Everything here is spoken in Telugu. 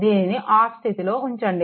దీన్ని ఆఫ్ స్థితిలో ఉంచండి